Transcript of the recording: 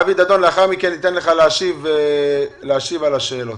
אבי דדון, לאחר מכן ניתן לך להשיב על השאלות.